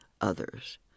others